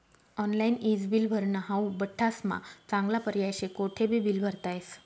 online ईज bill भरनं हाऊ बठ्ठास्मा चांगला पर्याय शे, कोठेबी बील भरता येस